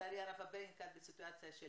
לצערי הרב, הרבה כאן בסיטואציה של